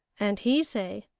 and he say,